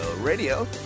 Radio